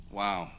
wow